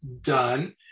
done